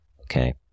okay